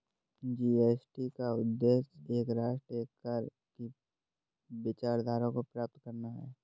GST का उद्देश्य एक राष्ट्र, एक कर की विचारधारा को प्राप्त करना है